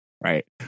Right